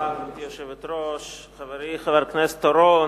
גברתי היושבת-ראש, חברי חבר הכנסת אורון,